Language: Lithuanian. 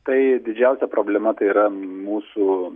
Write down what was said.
tai didžiausia problema tai yra mūsų